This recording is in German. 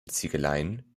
ziegeleien